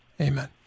Amen